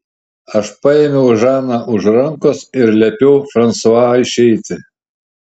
aš paėmiau žaną už rankos ir liepiau fransua išeiti